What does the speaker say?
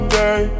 day